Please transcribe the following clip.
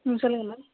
ம் சொல்லுங்கள் மேம்